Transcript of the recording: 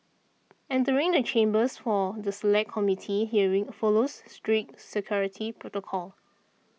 entering the chambers for the Select Committee hearing follows strict security protocol